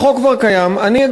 אני,